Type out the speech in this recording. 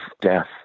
death